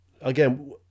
again